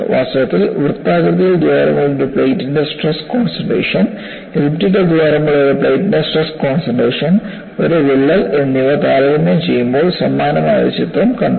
വാസ്തവത്തിൽ വൃത്താകൃതിയിൽ ദ്വാരമുള്ള ഒരു പ്ലേറ്റിന്റെ സ്ട്രെസ് കോൺസെൻട്രേഷൻ എലിപ്റ്റിക്കൽ ദ്വാരമുള്ള ഒരു പ്ലേറ്റിന്റെ സ്ട്രെസ് കോൺസെൻട്രേഷൻ ഒരു വിള്ളൽ എന്നിവ താരതമ്യം ചെയ്യുമ്പോൾ സമാനമായ ഒരു ചിത്രം കണ്ടു